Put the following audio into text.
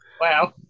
Wow